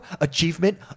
achievement